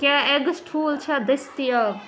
کیٛاہ اٮ۪گٕس ٹھوٗل چھےٚ دٔستیاب